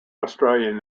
australian